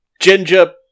Ginger